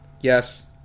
Yes